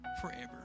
forever